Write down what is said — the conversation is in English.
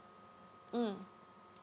mm